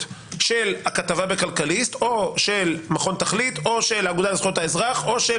של הכתבה בכלכליסט או של מכון תכלית או של האגודה לזכויות האזרח או של